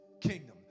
kingdom